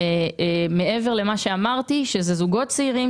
מעבר למה שאמרתי שאלה זוגות צעירים,